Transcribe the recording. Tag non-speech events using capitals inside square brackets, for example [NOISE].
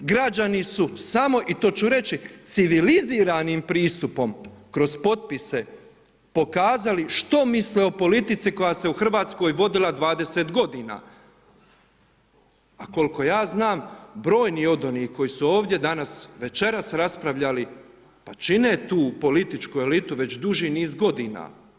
Građani su samo i to ću reći civiliziranim pristupom kroz potpise pokazali što misle o politici koja se u Hrvatskoj vodila 20 godina a koliko ja znam brojni … [UNINTELLIGIBLE] koji su ovdje danas večeras raspravljali pa čine tu političku elitu već duži niz godina.